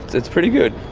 it's pretty good.